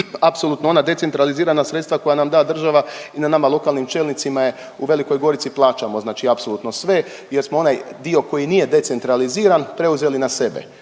apsolutno ona decentralizirana sredstva koja nam da država i na nama lokalnim čelnicima je u Velikoj Gorici plaćamo, znači apsolutno sve jer smo onaj dio koji nije decentraliziran preuzeli na sebe